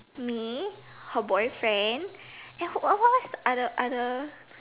me her boyfriend and what what's other other